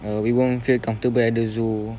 err we won't feel comfortable at the zoo